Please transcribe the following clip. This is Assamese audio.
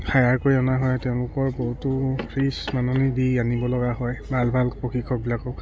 হায়াৰ কৰি অনা হয় তেওঁলোকৰ বহুতো ফীজ মাননি দি আনিব লগা হয় ভাল ভাল প্ৰশিক্ষকবিলাকক